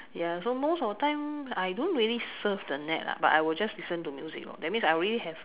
ya so most of the time I don't really surf the net lah but I just listen to music lor that means I already have